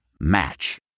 Match